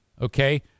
Okay